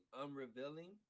unrevealing